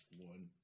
One